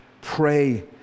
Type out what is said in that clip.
Pray